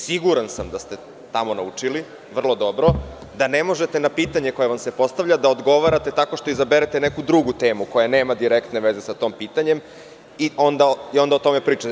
Siguran sam da ste tamo naučili, vrlo dobro, da ne možete na pitanje koje vam se postavlja da odgovarate tako što izaberete neku drugu temu koja nema direktne veze sa tim pitanjem i onda o tome pričate.